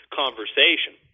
conversation